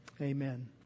amen